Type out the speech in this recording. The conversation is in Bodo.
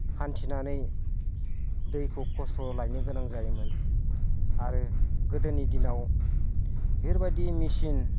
हान्थिनानै दैखौ खस्थ' लायनो गोनां जायोमोन आरो गोदोनि दिनाव बेफोरबायदि मेचिन